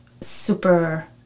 super